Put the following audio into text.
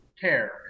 care